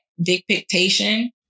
dictation